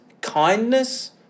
kindness